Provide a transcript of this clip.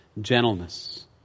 gentleness